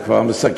אני כבר מסכם.